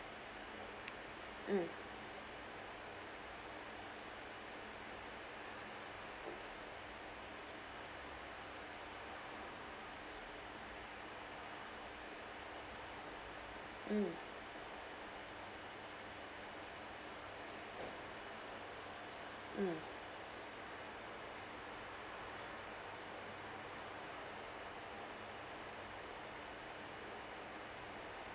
mm mm mm